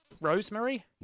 rosemary